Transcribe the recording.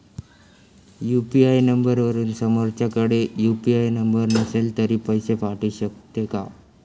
UPI नंबरवरून समोरच्याकडे UPI number नसेल तरी पैसे पाठवू शकते का?